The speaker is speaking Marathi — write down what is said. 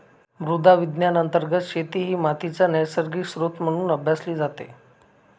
मृदा विज्ञान अंतर्गत शेती ही मातीचा नैसर्गिक स्त्रोत म्हणून अभ्यासली जाते